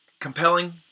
compelling